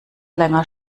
länger